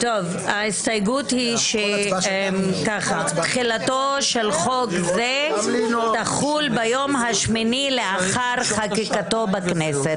ההסתייגויות היא ש"תחילתו של חוק זה ביום השמיני לאחר חקיקתו בכנסת".